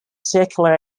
circular